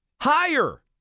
higher